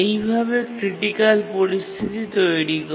এইভাবে ক্রিটিকাল পরিস্থিতি তৈরি করে